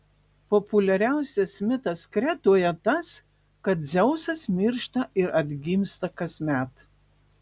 populiariausias mitas kretoje tas kad dzeusas miršta ir atgimsta kasmet